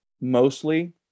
mostly